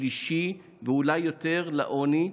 שלישי ואולי יותר לעוני.